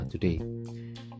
today